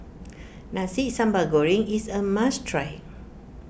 Nasi Sambal Goreng is a must try